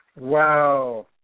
Wow